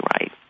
right